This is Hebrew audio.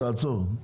תעצור.